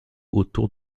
autour